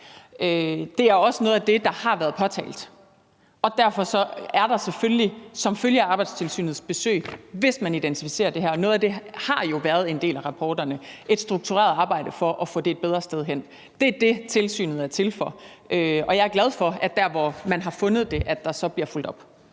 Det er også noget af det, der har været påtalt, og derfor venter der selvfølgelig, som følge af Arbejdstilsynets besøg, hvis man identificerer det her – noget af det har jo været en del af rapporterne – et struktureret arbejde for at få det et bedre sted hen. Det er det, Arbejdstilsynet er til for, og jeg er glad for, at der så bliver fulgt op